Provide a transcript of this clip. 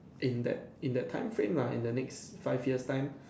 in that in that time frame lah in the next five years time